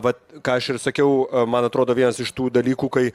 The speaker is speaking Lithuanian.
vat ką aš ir sakiau man atrodo vienas iš tų dalykų kai